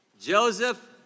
Joseph